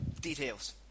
Details